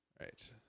Right